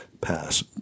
pass